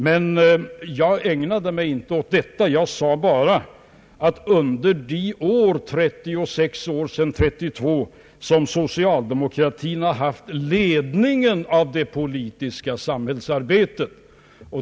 Men jag ägnade mig inte åt denna fråga, utan jag sade bara att socialdemokratin under de 36 år som förflutit sedan 1932 haft ledningen av det politiska samhällsarbetet.